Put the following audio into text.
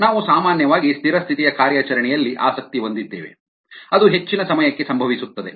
ನಾವು ಸಾಮಾನ್ಯವಾಗಿ ಸ್ಥಿರ ಸ್ಥಿತಿಯ ಕಾರ್ಯಾಚರಣೆಯಲ್ಲಿ ಆಸಕ್ತಿ ಹೊಂದಿದ್ದೇವೆ ಅದು ಹೆಚ್ಚಿನ ಸಮಯಕ್ಕೆ ಸಂಭವಿಸುತ್ತದೆ